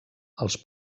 els